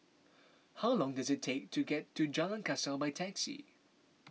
how long does it take to get to Jalan Kasau by taxi